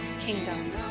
kingdom